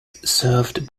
served